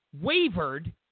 wavered